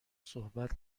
صحبت